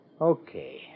Okay